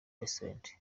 restaurant